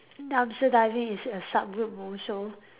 dumpster diving is a sub group also